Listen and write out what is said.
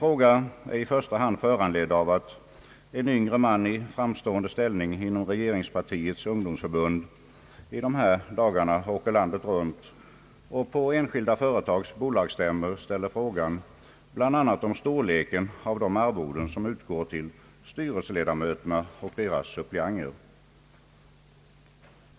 Frågan är i första hand föranledd av att en yngre man i framstående ställning inom regeringspartiets ungdomsförbund i dessa dagar åker landet runt och på enskilda företags bolagsstämmor ställer frågor om bl.a. storleken av de arvoden som utgår till styrelseledamöterna och deras suppleanter.